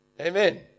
Amen